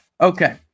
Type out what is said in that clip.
Okay